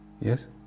Yes